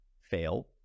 fail